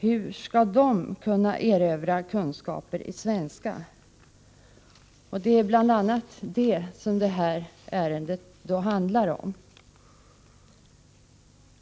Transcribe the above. Hur skall de kunna erövra kunskaper i svenska? Det är bl.a. det som det här ärendet handlar om.